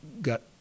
got